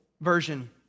version